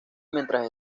mientras